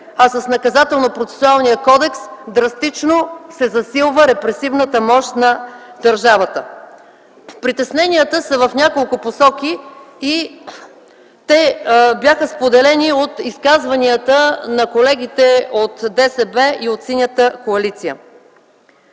а с Наказателнопроцесуалния кодекс драстично се засилва репресивната мощ на държавата. Притесненията са в няколко посочи. Те бяха споделени от изказванията на колегите от Демократи за силна